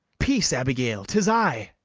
peace, abigail! tis i.